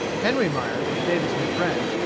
henry myers, david's new friend,